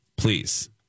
Please